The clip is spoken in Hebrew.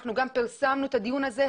אנחנו גם פרסמנו את הדיון הזה.